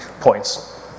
points